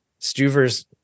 Stuvers